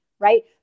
right